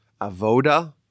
Avoda